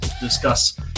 discuss